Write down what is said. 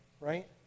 right